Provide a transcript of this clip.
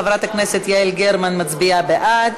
חברת הכנסת יעל גרמן מצביעה בעד,